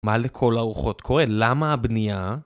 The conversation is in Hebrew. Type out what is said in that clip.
מה לכל הרוחות קורה? למה הבנייה?